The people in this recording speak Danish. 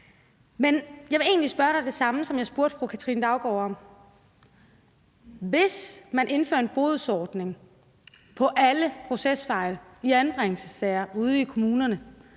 lide. Jeg vil egentlig spørge dig om det samme, som jeg spurgte fru Katrine Daugaard om. Hvis man indfører en bodsordning for alle procesfejl i anbringelsessager ude i kommunerne,